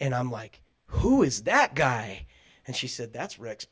and i'm like who is that guy and she said that's rick